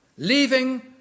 leaving